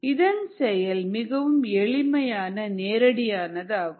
இதன் செயல் மிகவும் எளிமையான நேரடி ஆனதாகும்